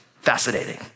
fascinating